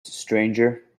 stranger